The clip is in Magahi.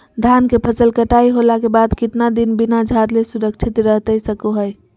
धान के फसल कटाई होला के बाद कितना दिन बिना झाड़ले सुरक्षित रहतई सको हय?